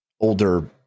older